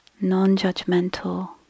non-judgmental